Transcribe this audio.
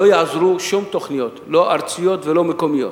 לא יעזרו שום תוכניות, לא ארציות ולא מקומיות,